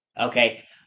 okay